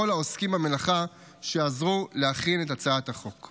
העוסקים במלאכה שעזרו להכין את הצעת החוק.